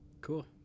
cool